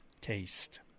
taste